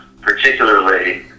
Particularly